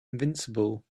invincible